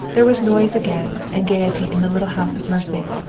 there was noise again, and gayety in the little house of mercy.